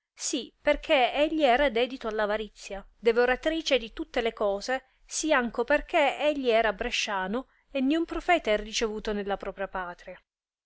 sì perchè egli era dedito all avarizia devoratrice di tutte le cose sì anco perchè egli era bresciano e niun profeta è ricevuto nella propria patria